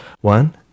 one